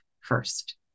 first